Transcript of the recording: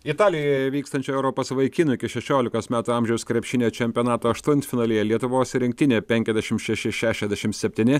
italijoje vykstančio europos vaikinų iki šešiolikos metų amžiaus krepšinio čempionato aštuntfinalyje lietuvos rinktinė penkiasdešimt šeši šešiasdešimt septyni